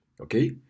Okay